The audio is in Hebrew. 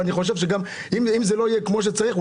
אם זה לא יהיה כמו שצריך,